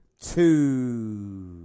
Two